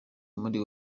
marie